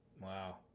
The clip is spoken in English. Wow